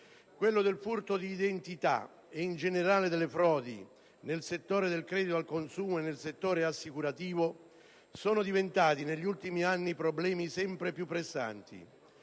Quello del furto di identità e, in generale, delle frodi nel settore del credito al consumo e in quello assicurativo negli ultimi anni sono diventati problemi sempre più pressanti.